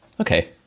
Okay